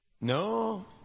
No